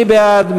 מי בעד?